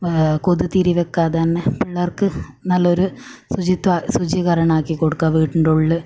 കൊതുകുതിരി വെക്കാതെ തന്നെ പിള്ളെർക്ക് നല്ലൊരു ശുചിത്വം ശുചീകരണം ആക്കി കൊടുക്കുക വീട്ടിൻ്റെ ഉള്ളിൽ